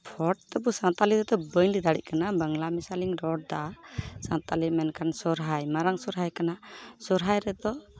ᱦᱚᱲ ᱛᱮᱫᱚ ᱥᱟᱱᱛᱟᱲᱤ ᱛᱮᱫᱚ ᱵᱟᱹᱧ ᱞᱟᱹᱭ ᱫᱟᱲᱮᱜ ᱠᱟᱱᱟ ᱵᱟᱝᱞᱟ ᱢᱮᱥᱟᱞᱤᱧ ᱨᱚᱲᱫᱟ ᱥᱟᱱᱛᱟᱲᱤ ᱢᱮᱱᱠᱷᱟᱱ ᱥᱚᱨᱦᱟᱭ ᱢᱟᱨᱟᱝ ᱥᱚᱨᱦᱟᱭ ᱠᱟᱱᱟ ᱥᱚᱨᱦᱟᱭ ᱨᱮᱫᱚ